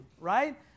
right